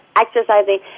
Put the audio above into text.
exercising